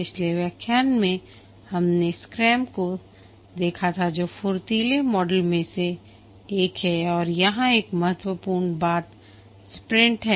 पिछले व्याख्यान में हमने स्क्रेम को देखा था जो फुर्तीले मॉडल में से एक है और यहां एक महत्वपूर्ण बात स्प्रिंट है